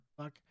Fuck